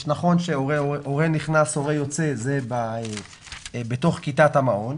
נכון שהורה נכנס/הורה יוצא זה בתוך כיתת המעון,